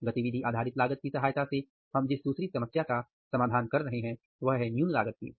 गतिविधि आधारित लागत की सहायता से हम जिस दूसरी समस्या का समाधान कर रहे हैं वह न्यून लागत की है